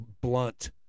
blunt